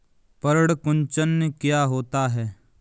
पर्ण कुंचन क्या होता है?